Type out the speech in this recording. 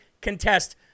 contest